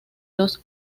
los